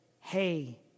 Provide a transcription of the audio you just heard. hey